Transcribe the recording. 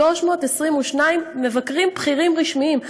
322 מבקרים בכירים רשמיים.